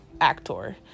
actor